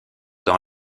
dans